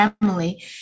family